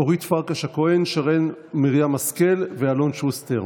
אורית פרקש הכהן, שרן מרים השכל ואלון שוסטר.